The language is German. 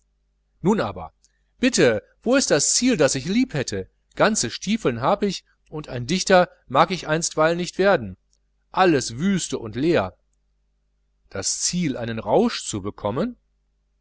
nun aber bitte wo ist das ziel das ich lieb hätte ganze stiefeln hab ich und ein dichter mag ich einstweilen nicht werden alles wüste und leer das ziel einen rausch zu bekommen